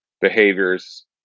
behaviors